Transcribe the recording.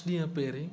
कुछ ॾींंहं पहिरियों